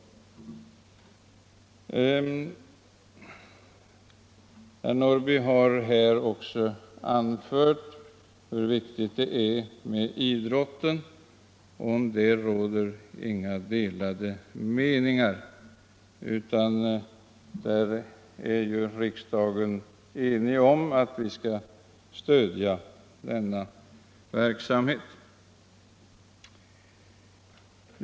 Herr Norrby har också understrukit hur viktig idrotten är, och om det råder inga delade meningar, utan riksdagen är enig om att vi skall stödja verksamheten.